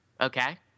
okay